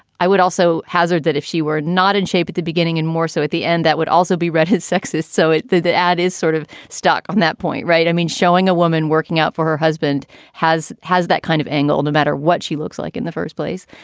i would also hazard that if she were not in shape at the beginning and more so at the end, that would also be read his sexist. so the the ad is sort of stuck on that point, right? i mean, showing a woman working out for her husband has has that kind of angle, no matter what she looks like in the first place.